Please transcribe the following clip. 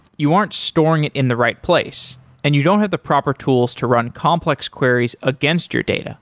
you aren't storing it in the right place and you don't have the proper tools to run complex queries against your data